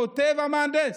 כותב המהנדס.